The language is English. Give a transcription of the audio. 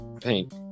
paint